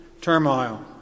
turmoil